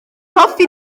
hoffi